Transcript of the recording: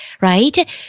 right